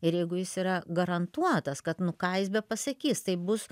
ir jeigu jis yra garantuotas kad nu ką jis bepasakys tai bus